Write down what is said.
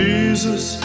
Jesus